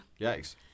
Yikes